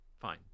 fine